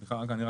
סליחה רגע,